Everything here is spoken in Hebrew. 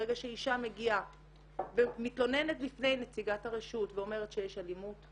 ברגע שאישה מתלוננת בפני נציגת הרשות ואומרת שיש אלימות,